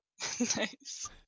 Nice